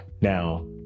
Now